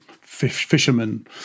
fishermen